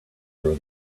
throw